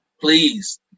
Please